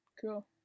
Cool